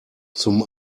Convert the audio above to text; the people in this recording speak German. zum